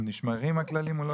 נשמרים הכללים, או לא?